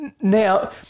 now